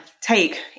take